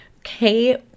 Okay